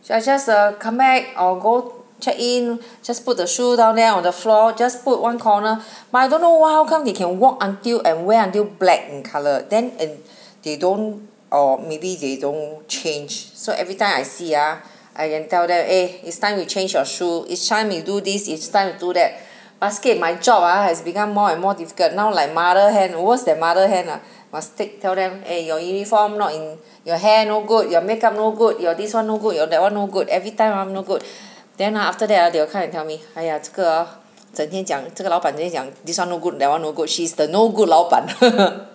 just a come back or go check in just put the shoe down there on the floor just put one corner but I don't know why how come they can walk until and wear until black in colour then and they don't or maybe they don't change so everytime I see ah I can tell them eh it's time you change your shoe it's time you do this it's time to do that basket my job ah has become more and more difficult now like mother hen worse than mother hen ah must take tell them eh your uniform not in your hair no good your make up no good your this one no good your that one no good everytime ah no good then ah after that ah they will come and tell me 哎呀这个啊整天讲这个老板只会讲 this one no good that one no good she's the no good 老板呵呵